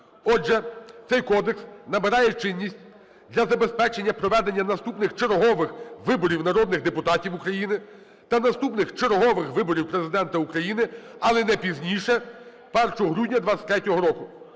Отже, цей кодекс набирає чинність для забезпечення проведення наступних чергових виборів народних депутатів України та наступних чергових виборів Президента України, але не пізніше 1 грудня 2023 року.